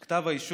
אך כתב האישום